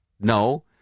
No